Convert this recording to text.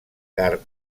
car